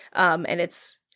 um and it's,